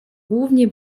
głównie